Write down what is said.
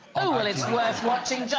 oh, well, it's worth watching just